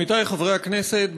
עמיתי חברי הכנסת,